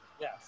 Yes